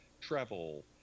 travel